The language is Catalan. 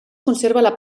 conserva